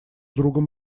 другом